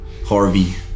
Harvey